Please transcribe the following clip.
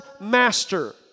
master